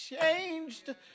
changed